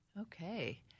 Okay